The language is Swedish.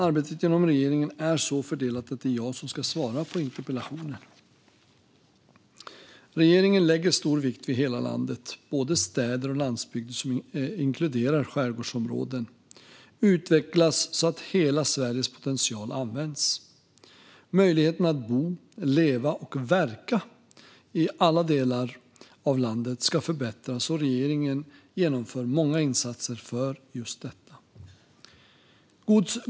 Arbetet inom regeringen är så fördelat att det är jag som ska svara på interpellationen. Regeringen lägger stor vikt vid att hela landet, både städer och landsbygder som inkluderar skärgårdsområden, utvecklas så att hela Sveriges potential används. Möjligheterna att bo, leva och verka i alla delar av landet ska förbättras, och regeringen genomför många insatser för detta.